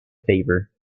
favour